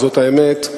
זאת האמת,